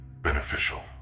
beneficial